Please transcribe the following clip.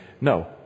no